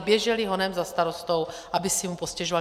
Běžely honem za starostou, aby si mu postěžovaly.